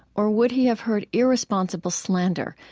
or would he have heard irresponsible slander,